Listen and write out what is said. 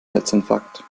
herzinfarkt